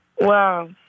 Wow